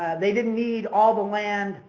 they didn't need all the land,